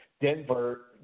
Denver